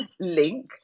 link